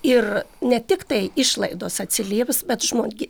ir ne tiktai išlaidos atsilieps bet žmogi